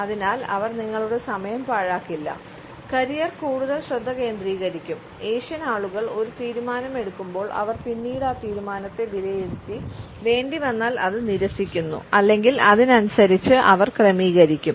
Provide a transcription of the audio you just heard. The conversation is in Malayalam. അതിനാൽ അവർ നിങ്ങളുടെ സമയം പാഴാക്കില്ല കരിയറിൽ കൂടുതൽ ശ്രദ്ധ കേന്ദ്രീകരിക്കും ഏഷ്യൻ ആളുകൾ ഒരു തീരുമാനം എടുക്കുമ്പോൾ അവർ പിന്നീട് ആ തീരുമാനത്തെ വിലയിരുത്തി വേണ്ടി വന്നാൽ അത് നിരസിക്കുന്നു അല്ലെങ്കിൽ അതിനനുസരിച്ച് അവർ ക്രമീകരിക്കും